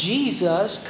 Jesus